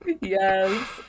Yes